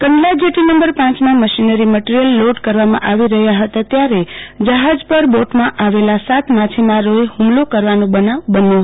Kandla jetty number પાંચમાં machinery material load કરવામાં આવી રહ્યું હતું ત્યારે જહાજ પર બોટમાં આવેલા સાત માછીમારોએ ઠુમલો કરવાનો બનાવ બન્યો હતો